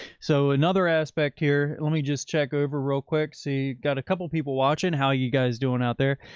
so another aspect here, let me just check over real quick. see, got a couple people watching how you guys doing out there.